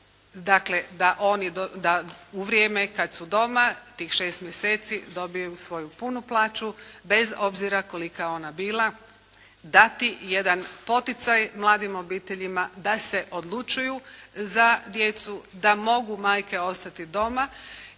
Dakle, da u vrijeme kad su doma tih šest mjeseci dobiju svoju punu plaću bez obzira kolika ona bila dati jedan poticaj mladim obiteljima da se odlučuju za djecu, da mogu majke ostati doma